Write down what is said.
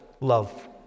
love